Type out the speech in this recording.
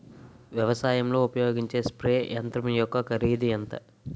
వ్యవసాయం లో ఉపయోగించే స్ప్రే యంత్రం యెక్క కరిదు ఎంత?